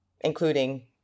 including